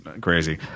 crazy